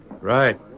Right